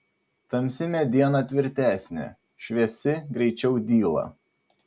tamsi mediena tvirtesnė šviesi greičiau dyla